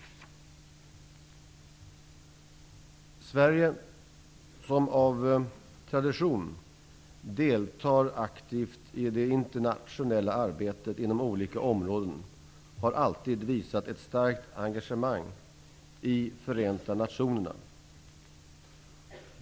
Sverige, som av tradition deltar aktivt i det internationella arbetet inom olika områden, har alltid visat ett starkt engagemang i Förenta Nationerna.